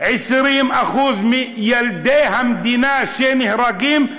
20% מילדי המדינה שנהרגים,